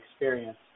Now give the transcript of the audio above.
experience